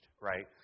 right